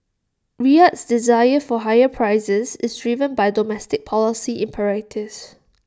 Riyadh's desire for higher prices is driven by domestic policy imperatives